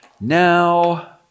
Now